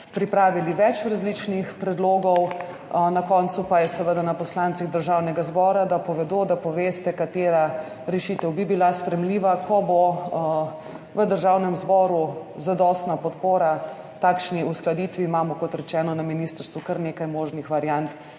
pripravili več različnih predlogov, na koncu pa je seveda na poslancih Državnega zbora, da povedo, da poveste, katera rešitev bi bila sprejemljiva. Ko bo v Državnem zboru zadostna podpora takšni uskladitvi, imamo, kot rečeno, na ministrstvu pripravljenih kar nekaj možnih variant,